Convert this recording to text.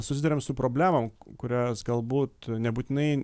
susiduriam su problemom kurias galbūt nebūtinai